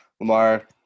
Lamar